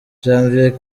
janvier